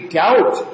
doubt